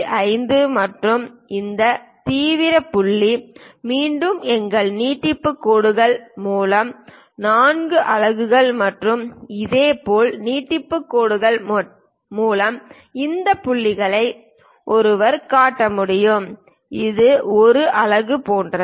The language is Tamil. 5 மற்றும் இந்த தீவிர புள்ளி மீண்டும் எங்கள் நீட்டிப்பு கோடுகள் மூலம் 4 அலகுகள் மற்றும் இதேபோல் நீட்டிப்பு கோடுகள் மூலம் இந்த புள்ளியை ஒருவர் காட்ட முடியும் இது 1 அலகு போன்றது